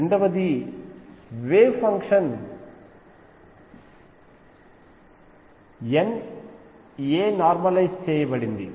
రెండవది wave function N a తో normalise చేయబడింది